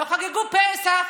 לא חגגו פסח,